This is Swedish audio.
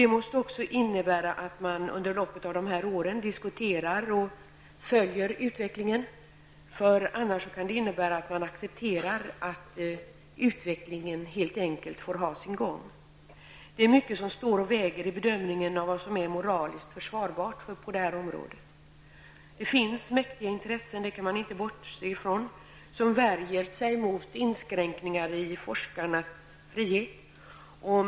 Det måste innebära att man under loppet av dessa två år diskuterar och följer utvecklingen. Annars kan följden bli att man accepterar att utvecklingen helt enkelt får ha sin gång. Det är mycket som står och väger i bedömningen av vad som är moraliskt försvarbart på detta område. Man kan inte bortse från att det finns många intressenter som värjer sig mot inskränkningar i forskarnas frihet.